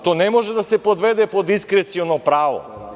To ne može da se podvede pod diskreciono pravo.